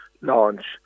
launch